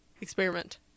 experiment